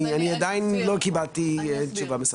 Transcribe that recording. אני עדיין לא קיבלתי תשובה מספקת.